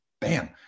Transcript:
Bam